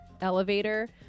elevator